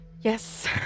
Yes